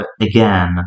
again